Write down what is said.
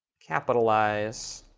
capitalize